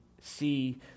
see